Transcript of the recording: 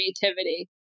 creativity